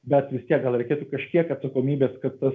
bet vis tiek gal reikėtų kažkiek atsakomybės kad tas